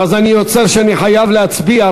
ואז יוצא שאני חייב להצביע,